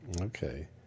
Okay